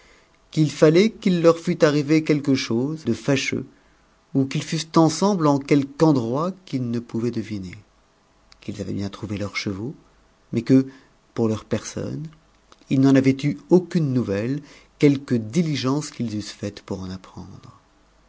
qu'il fallait qu'il leur m arrivé quelque chose de fâcheux ou qu'ils fussent ensemble en quelque endroit qu'ils ne pouvaient deviner qu'ils avaient bien trouvé leurs chevaux mais que pour leurs personnes ils n'en avaient eu aucune nouvelle quelque diligence qu'ils eussent faite pour en apprendre